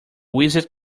wizard